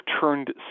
turned